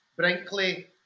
Brinkley